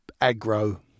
aggro